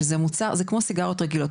שזה כמו סיגריות רגילות,